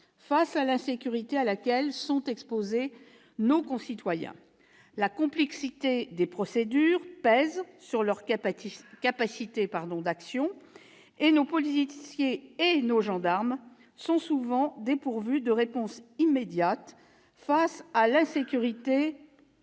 face à l'insécurité à laquelle sont exposés nos concitoyens. La complexité des procédures pèse sur leurs capacités d'action et nos policiers et gendarmes sont souvent dépourvus de réponse immédiate face à l'insécurité